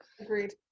agreed